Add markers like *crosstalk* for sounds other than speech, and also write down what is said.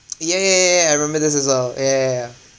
*noise* ya ya ya ya ya I remember this as well oh ya ya ya